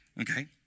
okay